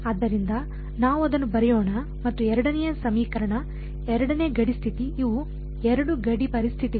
ಆದ್ದರಿಂದ ನಾವು ಅದನ್ನು ಬರೆಯೋಣ ಮತ್ತು ಎರಡನೆಯ ಸಮೀಕರಣ ಎರಡನೇ ಗಡಿ ಸ್ಥಿತಿ ಇವು ಎರಡು ಗಡಿ ಪರಿಸ್ಥಿತಿಗಳು